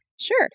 Sure